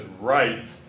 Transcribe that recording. right